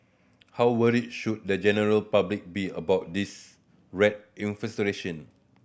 how worried should the general public be about this rat